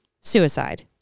suicide